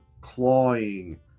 clawing